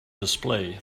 display